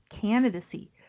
candidacy